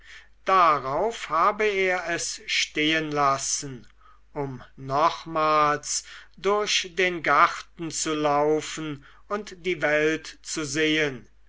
darauf habe er es stehenlassen um nochmals durch den garten zu laufen und die welt zu sehen